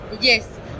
Yes